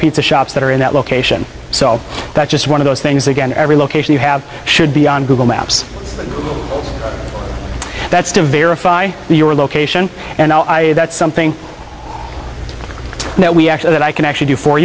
pizza shops that are in that location so that's just one of those things again every location you have should be on google maps that's to verify your location and that's something that we actually that i can actually do for